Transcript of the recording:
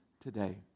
today